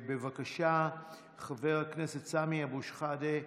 בבקשה, חבר הכנסת סמי אבו שחאדה.